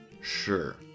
sure